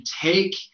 take